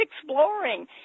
exploring